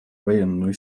военную